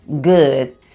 good